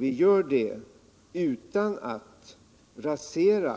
Vi gör det utan att rasera